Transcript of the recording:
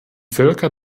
völker